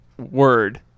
word